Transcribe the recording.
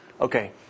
Okay